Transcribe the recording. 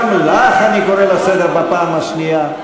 גם לך אני קורא לסדר בפעם השנייה.